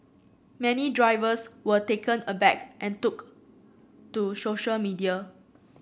many drivers were taken aback and took to social media